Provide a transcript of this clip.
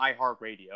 iHeartRadio